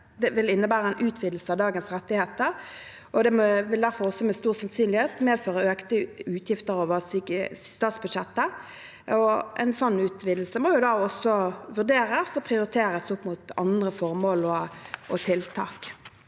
vil innebære en utvidelse av dagens rettigheter. Det vil derfor også med stor sannsynlighet medføre økte utgifter over statsbudsjettet. En sånn utvidelse må da også vurderes og prioriteres opp mot andre formål og tiltak.